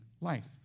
life